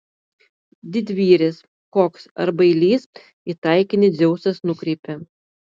didvyris koks ar bailys į taikinį dzeusas nukreipia